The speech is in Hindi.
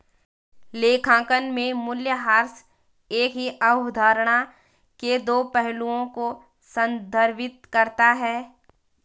लेखांकन में मूल्यह्रास एक ही अवधारणा के दो पहलुओं को संदर्भित करता है